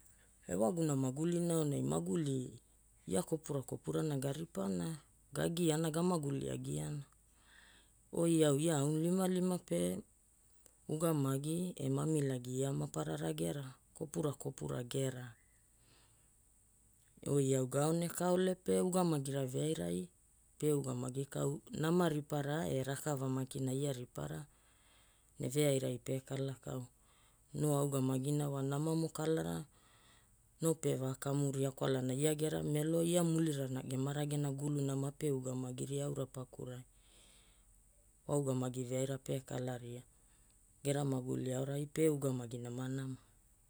Ewaguna magulina aonai maguli ia kopura kopura na garipaana, gagiaana, gamaguliagiana. Oi au ia aunilimalima pe ugamagi e mamilagi ia maparara gera, kopura kopura gera. Oi au ga aonekaole pe ugamagira veairai pe ugamagi kau, nama ripara e rakava makina ia ripara, ne veairai pekala kau. No augamagina wa namamo kalara no pevakamuria kwalana ia gera melo, ia mulirana gemaragena guluna mape ugamagiria aura pakurai waugamagi veaira pekalaria gera maguli aorai pe ugamagi namanama.